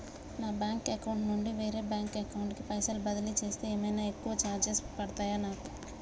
నా bank account నుండి వేరే బ్యాంక్ అకౌంట్ కి పైసల్ బదిలీ చేస్తే ఏమైనా ఎక్కువ చార్జెస్ పడ్తయా నాకు?